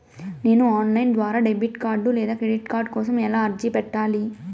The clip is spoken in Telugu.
నేను ఆన్ లైను ద్వారా డెబిట్ కార్డు లేదా క్రెడిట్ కార్డు కోసం ఎలా అర్జీ పెట్టాలి?